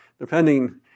depending